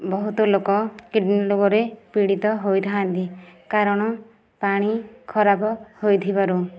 ବହୁତ ଲୋକ କିଡ଼ନୀ ରୋଗରେ ପୀଡ଼ିତ ହୋଇଥାନ୍ତି କାରଣ ପାଣି ଖରାପ ହୋଇଥିବାରୁ